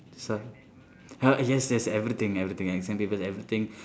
sorry uh yes yes everything everything exam papers everything